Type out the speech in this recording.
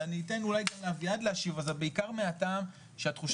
אני אתן אולי גם לאביעד להשיב אבל זה בעיקר מהטעם שהתחושה